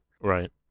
Right